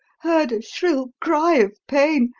heard a shrill cry of pain,